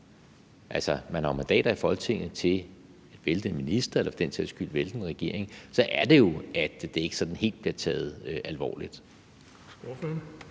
altså, man har jo mandater i Folketinget til at vælte en minister eller for den sags skyld vælte en regering – så er det jo, at det ikke sådan helt bliver taget alvorligt.